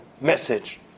message